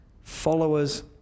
followers